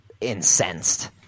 incensed